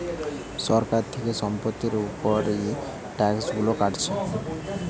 সরকার থিকে সম্পত্তির উপর এই ট্যাক্স গুলো কাটছে